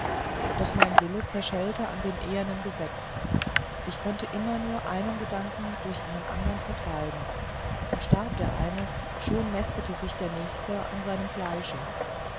doch mein wille zerschellte an dem ehernen gesetz ich konnte immer nur einen gedanken durch einen anderen vertreiben und starb der eine schon mästete sich der nächste an seinem fleische